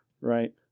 right